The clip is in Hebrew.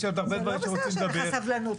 זה לא בסדר שאין לך סבלנות.